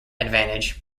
advantage